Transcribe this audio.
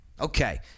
Okay